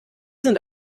sind